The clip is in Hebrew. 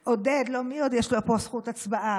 ועודד, מי עוד יש לו פה זכות הצבעה?